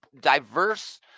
diverse